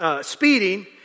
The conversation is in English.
speeding